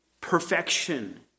perfection